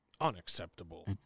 Unacceptable